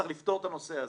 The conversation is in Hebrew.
צריך לפתור את הנושא הזה,